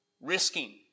risking